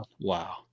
Wow